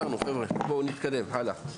בואו נתקדם הלאה.